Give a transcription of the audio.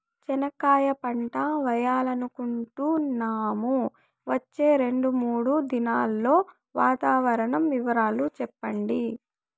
చెనక్కాయ పంట వేయాలనుకుంటున్నాము, వచ్చే రెండు, మూడు దినాల్లో వాతావరణం వివరాలు చెప్పండి?